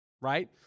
right